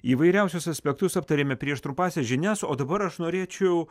įvairiausius aspektus aptarėme prieš trumpąsias žinias o dabar aš norėčiau